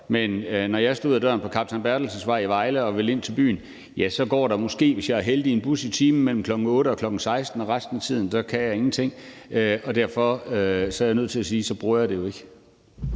men når jeg går ud ad døren på Kaptajn Bertelsensvej i Vejle og vil ind til byen, går der måske, hvis jeg er heldig, en bus i timen mellem kl. 8.00 og kl. 16.00. Resten af tiden kan jeg ingenting, og derfor – er jeg nødt til at sige – bruger jeg det jo ikke.